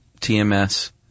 TMS